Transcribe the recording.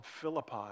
Philippi